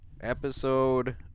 Episode